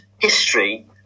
history